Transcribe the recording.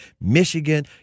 Michigan